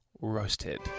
roasted